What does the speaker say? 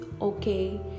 okay